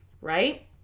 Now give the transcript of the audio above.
right